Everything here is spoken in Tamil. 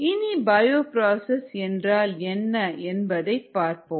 இனி பயோப்ராசஸ் என்ன என்பதை பார்ப்போம்